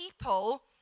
people